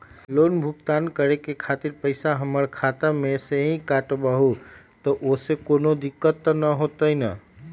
Loan भुगतान करे के खातिर पैसा हमर खाता में से ही काटबहु त ओसे कौनो दिक्कत त न होई न?